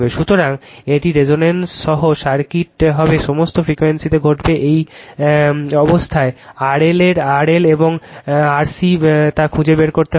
সুতরাং এটি রেজোনেন্স সহ সার্কিট হবে সমস্ত ফ্রিকোয়েন্সিতে ঘটবে এই অবস্থায় RL এবং আরসি কী তা খুঁজে বের করতে হবে